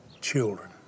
children